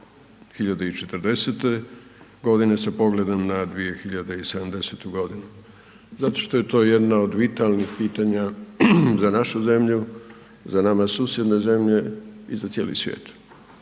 2040. godine sa pogledom na 2070. godinu, zato što je to jedna od vitalnih pitanja za našu zemlju, za nama susjedne zemlje i za cijeli svijet.